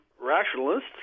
rationalists